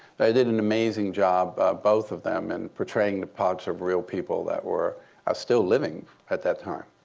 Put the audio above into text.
they did an amazing job, both of them, in portraying the parts of real people that were still living at that time.